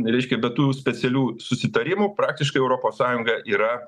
reiškia bet tų specialių susitarimų praktiškai europos sąjunga yra